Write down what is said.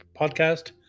podcast